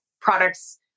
products